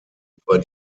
über